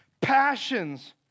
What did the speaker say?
passions